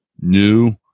new